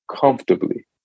comfortably